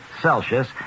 Celsius